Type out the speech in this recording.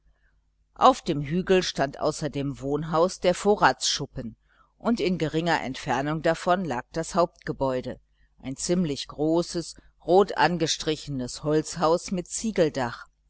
auf dem hügel stand außer dem wohnhaus der vorratsschuppen und in geringer entfernung davon lag das hauptgebäude ein ziemlich großes rotangestrichenes holzhaus mit ziegeldach